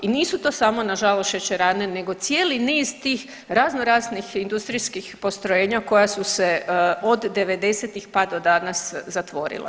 I nisu to samo nažalost šećerane, nego cijeli niz tih razno raznih industrijskih postrojenja koja su se od '90-ih pa do danas zatvorila.